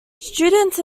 students